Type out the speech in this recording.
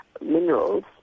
minerals